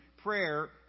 prayer